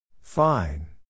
Fine